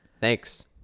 Thanks